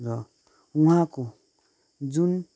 र उहाँको जुन